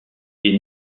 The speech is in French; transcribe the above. est